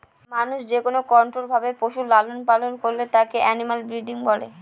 মানুষ যেকোনো কন্ট্রোল্ড ভাবে পশুর লালন পালন করে তাকে এনিম্যাল ব্রিডিং বলে